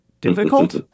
difficult